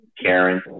Karen